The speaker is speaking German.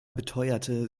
beteuerte